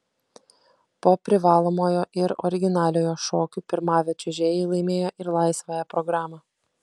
po privalomojo ir originaliojo šokių pirmavę čiuožėjai laimėjo ir laisvąją programą